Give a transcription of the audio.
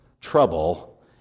trouble